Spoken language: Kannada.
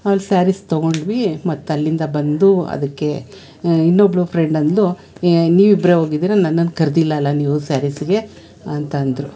ಅಲ್ಲಿ ಸ್ಯಾರೀಸ್ ತೊಗೊಂಡ್ವಿ ಮತ್ತೆ ಅಲ್ಲಿಂದ ಬಂದು ಅದಕ್ಕೆ ಇನ್ನೊಬ್ಳು ಫ್ರೆಂಡ್ ಅಂದ್ಳು ಏ ನೀವಿಬ್ರೆ ಹೋಗಿದ್ದೀರಿ ನನ್ನನ್ನು ಕರೆದಿಲ್ಲಲ್ಲ ನೀವು ಸ್ಯಾರೀಸ್ಗೆ ಅಂತಂದ್ರು